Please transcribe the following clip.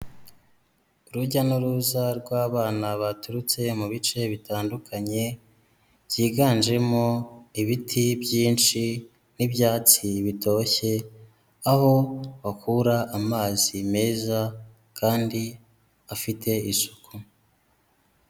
Urujya n'uruza rw'abana baturutse mu bice bitandukanye, byiganjemo ibiti byinshi n'ibyatsi bitoshye, aho bakura amazi meza kandi afite isuku.